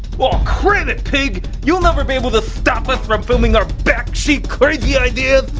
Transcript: cram it, pig! you'll never be able to stop us from filming our bakshi crazy ideas!